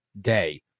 day